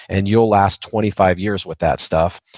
and you'll last twenty five years with that stuff.